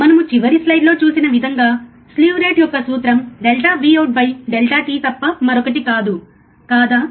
మనము చివరి స్లయిడ్లో చూసిన విధంగా స్లీవ్ రేటు యొక్క సూత్రం ∆Vout ∆t తప్ప మరొకటి కాదు కాదా